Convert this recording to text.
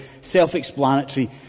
self-explanatory